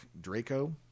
Draco